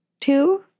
two